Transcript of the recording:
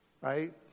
right